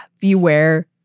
Beware